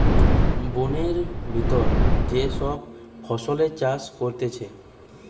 বোনের ভিতর যে সব ফসলের চাষ করতিছে